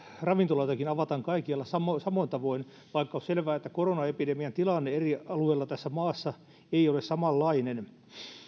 ravintoloitakin avataan kaikkialla samoin samoin tavoin vaikka on selvää että koronaepidemian tilanne eri alueilla tässä maassa ei ole samanlainen